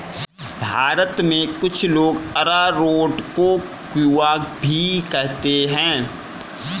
भारत में कुछ लोग अरारोट को कूया भी कहते हैं